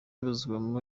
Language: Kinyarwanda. ibarizwamo